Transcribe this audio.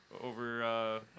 over